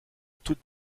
tout